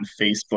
Facebook